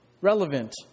relevant